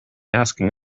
asking